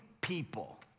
people